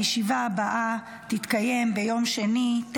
הישיבה הבאה תתקיים ביום שני